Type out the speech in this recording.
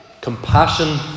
Compassion